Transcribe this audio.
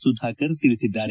ಸುಧಾಕರ್ ತಿಳಿಸಿದ್ದಾರೆ